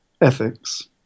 Ethics